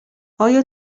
آیا